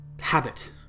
habit